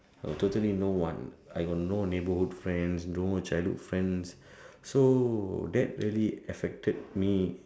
totally no one I got no neighborhood friends no childhood friends so that really affected me